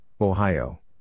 Ohio